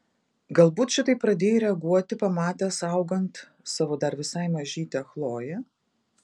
galbūt šitaip pradėjai reaguoti pamatęs augant savo dar visai mažytę chloję